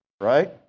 right